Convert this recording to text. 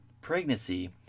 pregnancy